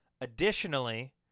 Additionally